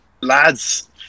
lads